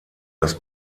das